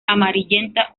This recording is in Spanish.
amarillenta